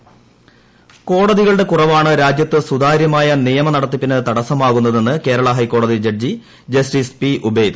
കോടതി ഇടുക്കി കോടതികളുടെ കുറവാണ് രാജ്യത്ത് സുതാര്യമായ നിയമ നടത്തിപ്പിന് തടസ്സമാകുന്നതെന്ന് കേരള് ഹൈക്കോടതി ജഡ്ജി ജസ്റ്റിസ് പി ഉബൈദ്